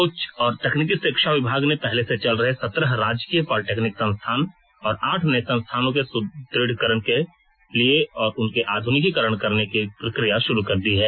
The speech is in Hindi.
उच्च और तकनीकी शिक्षा विभाग ने पहले से चल रहे सत्रह राजकीय पॉलिटेक्निक संस्थान और आठ नए संस्थानों के सुढ़ढीकरण और आधुनिकीकरण करने की प्रक्रिया शुरू कर दी है